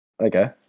okay